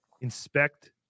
inspect